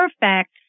perfect